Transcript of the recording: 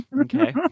Okay